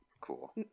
cool